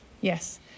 Yes